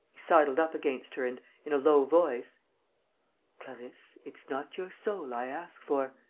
he sidled up against her and, in a low voice clarisse, it's not your soul i ask for.